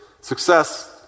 success